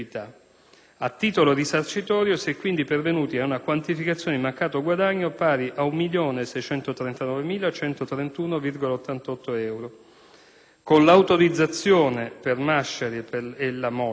A titolo risarcitorio si è pervenuti ad una quantificazione di mancato guadagno pari a 1.639.131,88 euro, con l'autorizzazione per Masciari e la moglie,